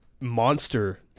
monster